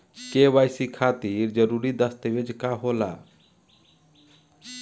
KYC खातिर जरूरी दस्तावेज का का होला?